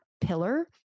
pillar